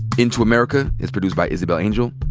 into america is produced by isabel angel,